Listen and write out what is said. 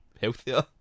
healthier